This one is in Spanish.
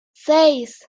seis